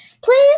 Please